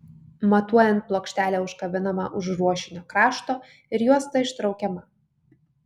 matuojant plokštelė užkabinama už ruošinio krašto ir juosta ištraukiama